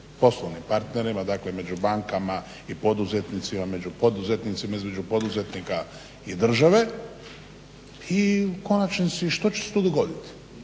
poslovnim partnerima, dakle među bankama i poduzetnicima, među poduzetnicima između poduzetnika i države i u konačnici što će se tu dogoditi.